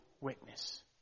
witness